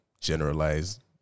generalized